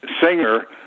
singer